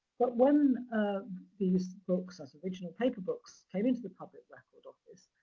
but when these books, as original paper books, came into the public record office,